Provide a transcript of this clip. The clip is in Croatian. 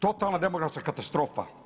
Totalna demografska katastrofa.